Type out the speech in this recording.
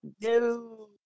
No